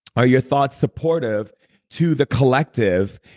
are your thoughts supportive to the collective?